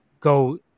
go